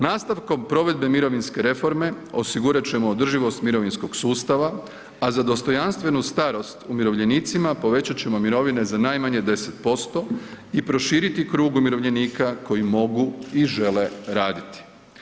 Nastavkom provedbe mirovinske reforme osigurat ćemo održivost mirovinskog sustava, a za dostojanstvenu starost umirovljenicima povećat ćemo mirovine za najmanje 10% i proširiti krug umirovljenika koji mogu i žele raditi.